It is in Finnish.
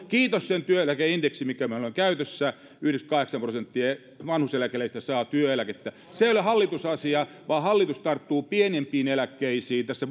kiitos sen työeläkeindeksin mikä meillä on käytössä ja yhdeksänkymmentäkahdeksan prosenttia vanhuseläkeläisistä saa työeläkettä se ei ole hallitusasia vaan hallitus tarttuu pienimpiin eläkkeisiin tässä